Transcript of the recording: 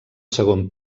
segon